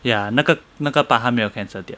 ya 那个那个 part 他没有 cancel 掉